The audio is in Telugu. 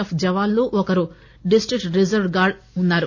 ఎఫ్ జవాన్లు ఒకరు డిస్టిక్ట్ రిజర్వ్ గార్డ్ ఉన్నారు